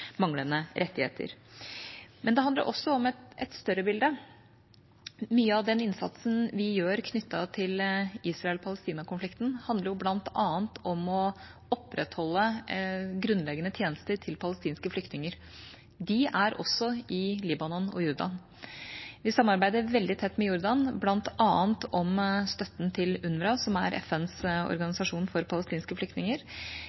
manglende rettigheter. Men det handler også om et større bilde. Mye av den innsatsen vi gjør knyttet til Israel-Palestina-konflikten, handler bl.a. om å opprettholde grunnleggende tjenester til palestinske flyktninger. De er også i Libanon og Jordan. Vi samarbeider veldig tett med Jordan bl.a. om støtten til UNNRA, som er FNs